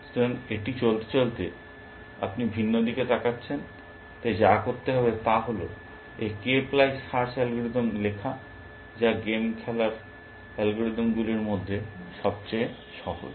সুতরাং এটি চলতে চলতে আপনি ভিন্ন দিকে তাকাচ্ছেন তাই যা করতে হবে তা হল এই k প্লাই সার্চ অ্যালগরিদমটি লেখা যা গেম খেলার অ্যালগরিদমগুলির মধ্যে সবচেয়ে সহজ